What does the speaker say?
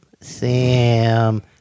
Sam